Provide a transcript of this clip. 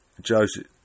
Joseph